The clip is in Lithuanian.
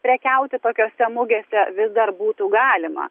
prekiauti tokiose mugėse vis dar būtų galima